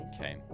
Okay